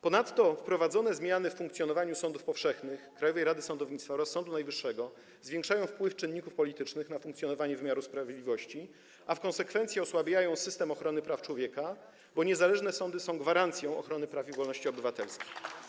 Ponadto wprowadzone zmiany w funkcjonowaniu sądów powszechnych, Krajowej Rady Sądownictwa oraz Sądu Najwyższego zwiększają wpływ czynników politycznych na funkcjonowanie wymiaru sprawiedliwości, a w konsekwencji - osłabiają system ochrony praw człowieka, bo niezależne sądy są gwarancją ochrony praw i wolności obywatelskich.